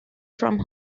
from